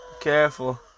Careful